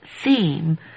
theme